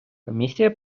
комісія